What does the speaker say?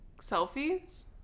selfies